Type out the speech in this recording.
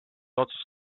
otsust